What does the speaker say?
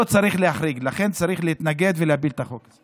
לא צריך להחריג, לכן צריך להתנגד ולהפיל את החוק.